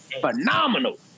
phenomenal